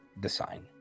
design